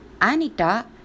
ANITA